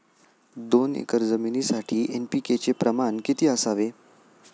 दोन एकर जमीनीसाठी एन.पी.के चे प्रमाण किती असावे?